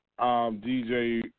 DJ